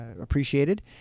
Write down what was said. appreciated